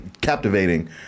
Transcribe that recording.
captivating